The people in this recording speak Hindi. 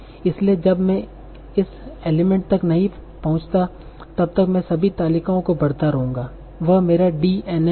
इसलिए जब तक मैं इस एलीमेंट तक नहीं पहुंचता तब तक मैं सभी तालिकाओं को भरता रहूंगा वह मेरा D n m है